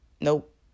Nope